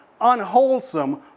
unwholesome